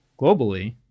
globally